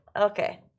Okay